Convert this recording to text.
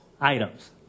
items